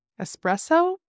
Espresso